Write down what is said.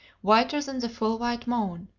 whiter than the full white moon.